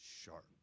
sharp